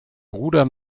bruder